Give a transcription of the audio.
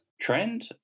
trend